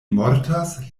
mortas